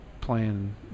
playing